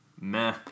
Meh